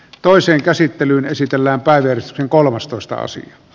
toiseen käsittelyyn esitellään päihderiskin kolmastoista sija